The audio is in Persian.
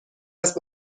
است